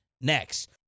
Next